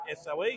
SOE